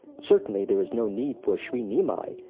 certainly there is no need for shri nimai,